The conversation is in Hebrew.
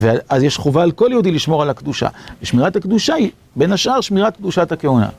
ואז יש חובה על כל יהודי לשמור על הקדושה. לשמירת הקדושה היא בין השאר שמירת קדושת הכהונה.